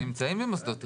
הם נמצאים במוסדות תכנון.